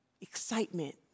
Excitement